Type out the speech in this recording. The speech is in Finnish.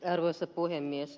arvoisa puhemies